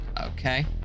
Okay